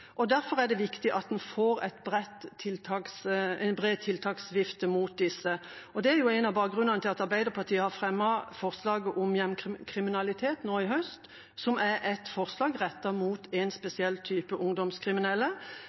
Derfor er det viktig at en får en bred tiltaksvifte mot disse. Det er noe av bakgrunnen for at Arbeiderpartiet nå i høst har fremmet forslaget om gjengkriminalitet, som er et forslag rettet mot en spesiell type ungdomskriminelle.